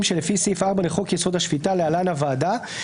שלפי סעיף 4 לחוק-יסוד: השפיטה (להלן - הועדה):"